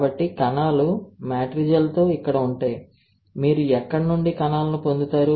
కాబట్టి కణాలు మ్యాట్రిజెల్తో ఇక్కడ ఉంటాయి మీరు ఎక్కడ నుండి కణాలను పొందుతారు